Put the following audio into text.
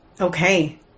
Okay